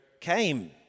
came